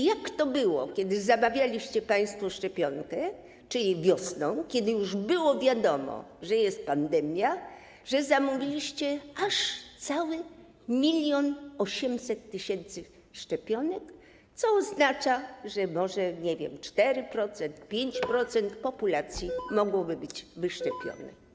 Jak to było, kiedy zamawialiście państwo szczepionkę, czyli wiosną, kiedy już było wiadomo, że jest pandemia, że zamówiliście aż całe 1800 tys. szczepionek, co oznacza, że może - nie wiem - 4%, 5% populacji mogłoby być zaszczepione?